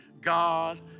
God